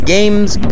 Games